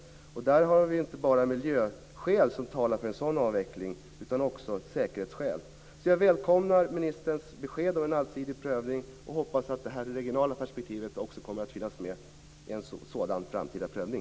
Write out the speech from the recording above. Där är det inte bara miljöskäl som talar för en avveckling utan också säkerhetsskäl. Jag välkomnar ministerns besked om en allsidig prövning och hoppas att det regionala perspektivet också kommer att finnas med i en sådan framtida prövning.